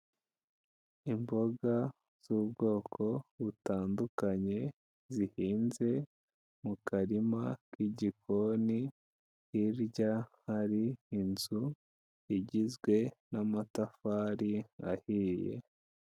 Imboga z'ubwoko butandukanye zihinze mu karima k'igikoni, hirya hari inzu igizwe n'amatafari ahiye.